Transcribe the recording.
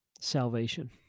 salvation